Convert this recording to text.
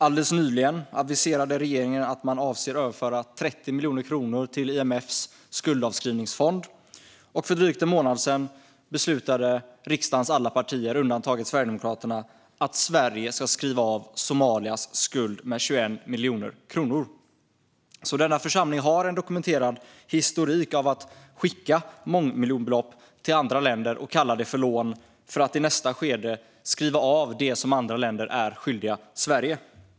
Alldeles nyligen aviserade regeringen att man avser att överföra 30 miljoner kronor till IMF:s skuldavskrivningsfond. Och för drygt en månad sedan beslutade riksdagens alla partier, undantaget Sverigedemokraterna, att Sverige ska skriva av Somalias skuld med 21 miljoner kronor. Denna församling har alltså en dokumenterad historik av att skicka mångmiljonbelopp till andra länder och kalla det för lån, för att i nästa skede skriva av det som andra länder är skyldiga Sverige.